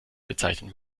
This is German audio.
bezeichnet